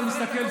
אתה מסתכל,